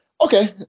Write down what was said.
Okay